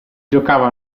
giocava